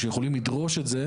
שיכולים לדרוש את זה,